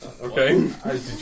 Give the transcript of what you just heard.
Okay